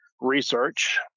research